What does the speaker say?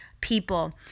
people